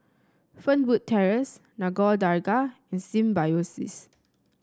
Fernwood Terrace Nagore Dargah and Symbiosis